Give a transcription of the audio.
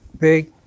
big